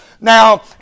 Now